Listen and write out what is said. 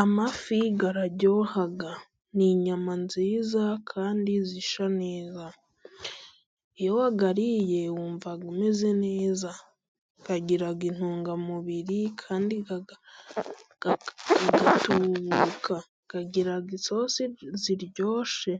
Amafi araryoha ni inyama nziza kandi zishya neza, iyo wayariye wumva umeze neza agira intungamubiri, kandi aratubuka agira isozi ziryoshye